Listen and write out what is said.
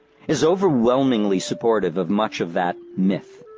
is overwhelmingly supportive of much of that myth.